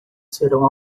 serão